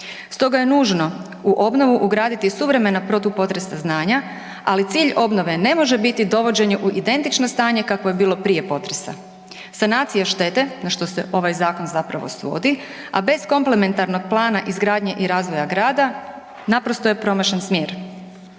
Stoga je nužno u obnovi ugraditi suvremena protupotresna znanja, ali cilj obnove ne može biti dovođenje u identično stanje kakvo je bilo prije potresa. Sanacija štete, na što se ovaj zakon zapravo svodi, a bez komplementarnog plana izgradnje i razvoja grada naprosto je promašen smjer.